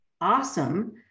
awesome